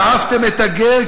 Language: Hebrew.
'ואהבתם את הגר,